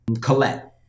Colette